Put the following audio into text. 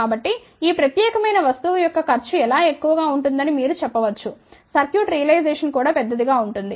కాబట్టి ఈ ప్రత్యేకమైన వస్తువు యొక్క ఖర్చు చాలా ఎక్కువ గా ఉంటుందని మీరు చెప్పవచ్చు సర్క్యూట్ రియలైజేషన్ కూడా పెద్దది గా ఉంటుంది